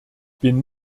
bin